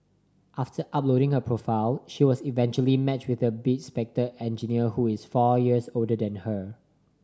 after uploading her profile she was eventually matched with a bespectacled engineer who is four years older than her